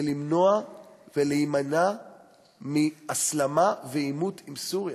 למנוע ולהימנע מהסלמה ועימות עם סוריה.